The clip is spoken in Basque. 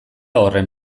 horren